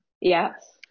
Yes